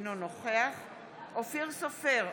אינו נוכח אופיר סופר,